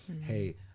hey